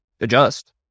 adjust